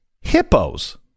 hippos